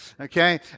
okay